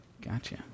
gotcha